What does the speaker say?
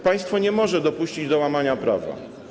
Państwo nie może dopuścić do łamania prawa.